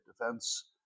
Defense